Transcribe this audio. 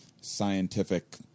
scientific